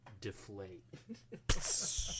deflate